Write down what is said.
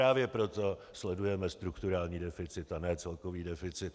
Právě proto sledujeme strukturální deficit a ne celkový deficit.